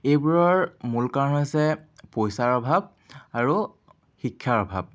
এইবোৰৰ মূল কাৰণ হৈছে পইচাৰ অভাৱ আৰু শিক্ষাৰ অভাৱ